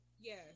Yes